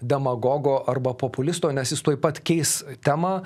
demagogo arba populisto nes jis tuoj pat keis temą